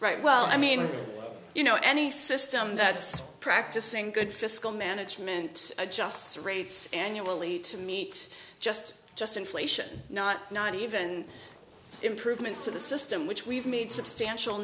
right well i mean you know any system that's practicing good fiscal management adjusts rates annually to meet just just inflation not not even improvements to the system which we've made substantial